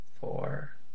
four